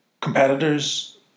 competitors